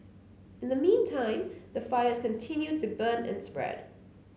in the meantime the fires continue to burn and spread